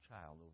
child